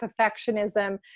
perfectionism